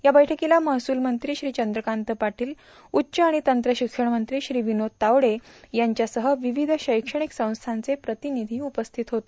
या बैठकीला महसूल मंत्री श्री चंद्रकांत पाटील उच्च आणि तंत्र शिक्षणमंत्री श्री विनोद तावडे यांच्यासह विविध शैक्षणिक संस्थांचे प्रतिनिधी उपस्थित होते